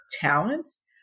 talents